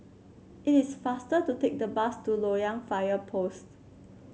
it is faster to take the bus to Loyang Fire Post